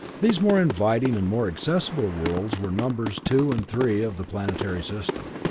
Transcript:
these more inviting and more accessible worlds were numbers two and three of the planetary system.